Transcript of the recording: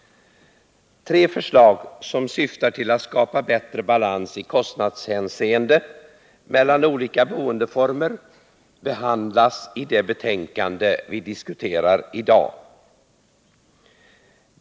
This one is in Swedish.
Tre förslag som syftar till att skapa bättre balans i kostnadshänseende mellan olika boendeformer behandlas i det betänkande vi diskuterar i dag.